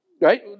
right